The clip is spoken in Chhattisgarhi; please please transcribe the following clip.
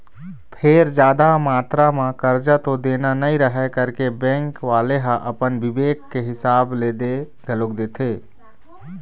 फेर जादा मातरा म करजा तो देना नइ रहय करके बेंक वाले ह अपन बिबेक के हिसाब ले दे घलोक देथे